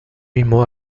mismo